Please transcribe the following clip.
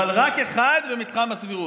אבל רק אחד במתחם הסבירות,